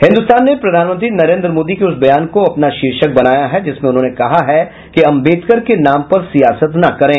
हिन्दुस्तान ने प्रधानमंत्री नरेंद्र मोदी के उस बयान को अपना शीर्षक बनाया है जिसमें उन्होंने कहा है कि अम्बेदकर के नाम पर सियासत न करें